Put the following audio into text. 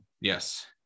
Yes